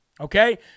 okay